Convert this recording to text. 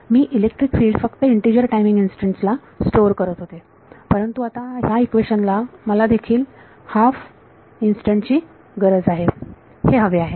मी electric field फक्त integer timing instants ला store करत होते परंतु आता ह्या इक्वेशन ला मला देखील हाफ इन्स्टंट ची गरज आहे हे हवे आहे